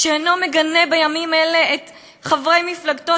שאינו מגנה בימים אלה את חברי מפלגתו,